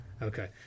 Okay